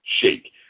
shake